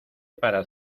para